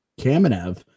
Kamenev